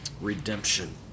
redemption